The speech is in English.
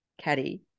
Caddy